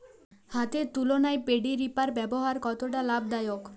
হাতের তুলনায় paddy reaper ব্যবহার কতটা লাভদায়ক?